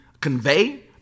convey